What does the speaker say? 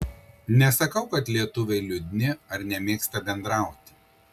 nesakau kad lietuviai liūdni ar nemėgsta bendrauti